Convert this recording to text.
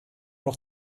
noch